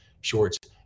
shorts